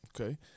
okay